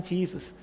Jesus